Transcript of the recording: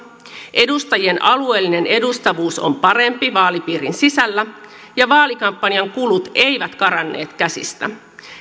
edustajien alueellinen edustavuus on parempi vaalipiirin sisällä ja vaalikampanjan kulut eivät karanneet käsistä